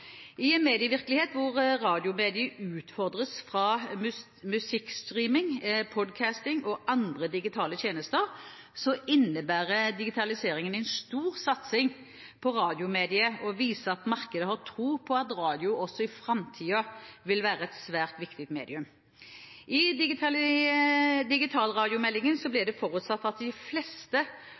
I en medievirkelighet hvor radiomediet utfordres fra musikkstreaming, podkasting og andre digitale tjenester, innebærer digitaliseringen en stor satsing på radiomediet, og det viser at markedet har tro på at radio også i framtiden vil være et svært viktig medium. I digitalradiomeldingen ble det forutsatt at de fleste